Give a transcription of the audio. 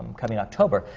um coming october.